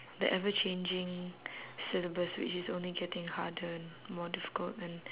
the ever changing syllabus which is only getting harder and more difficult and